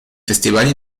festival